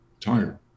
tired